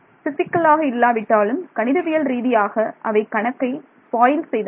பிசிக்கலாக இல்லாவிட்டாலும் கணிதவியல் ரீதியாக அவை கணக்கை ஸ்பாயில் செய்தன